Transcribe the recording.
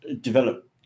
develop